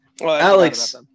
Alex